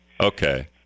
Okay